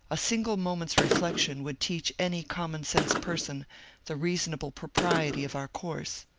a single moment's reflection would teach any common sense person the reasonable propriety of our course.